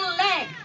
let